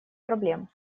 проблем